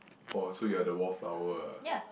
oh so you are the wallflower ah